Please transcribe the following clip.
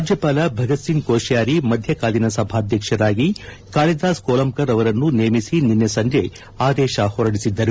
ರಾಜ್ಯಪಾಲ ಭಗತ್ ಸಿಂಗ್ ಕೋಶ್ಯಾರಿ ಮಧ್ಯಕಾಲೀನ ಸಭಾಧ್ಯಕ್ಷರಾಗಿ ಕಾಳಿದಾಸ್ ಕೋಲಂಬ್ಗರ್ ಅವರನ್ನು ನೇಮಿಸಿ ನಿನ್ನೆ ಸಂಜೆ ಆದೇಶ ಹೊರಡಿದ್ದರು